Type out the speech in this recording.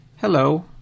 hello